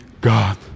God